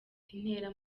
intera